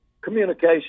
communication